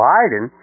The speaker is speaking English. Biden